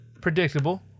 predictable